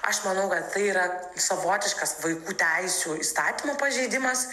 aš manau kad tai yra savotiškas vaikų teisių įstatymo pažeidimas